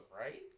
right